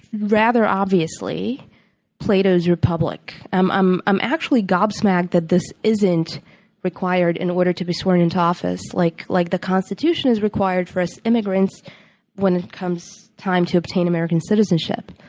rather obviously plato's republic. i'm i'm actually gob smacked that this isn't required in order to be sworn into office like like the constitution is required for us immigrants when it comes time to obtain american citizenship.